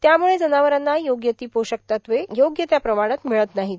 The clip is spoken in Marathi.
त्यामुळे जनावरांना योग्य ती पोषक तत्वे योग्य त्या प्रमाणात मिळत नाहीत